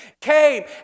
came